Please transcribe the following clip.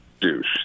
Douche